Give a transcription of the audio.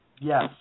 Yes